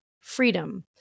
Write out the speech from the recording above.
freedom